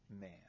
man